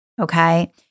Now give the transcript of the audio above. Okay